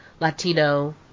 Latino